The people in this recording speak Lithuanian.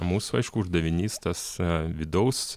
mūsų aišku uždavinys tas vidaus